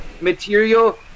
material